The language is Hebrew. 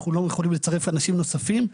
אנחנו לא יכולים לצרף אנשים נוספים,